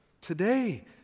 Today